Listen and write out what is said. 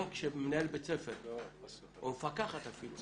גם כשמנהל בית ספר או מפקחת אפילו,